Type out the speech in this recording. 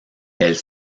elle